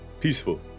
peaceful